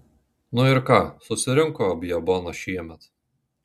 nu ir ką susirinko abjaboną šiemet